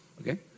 Okay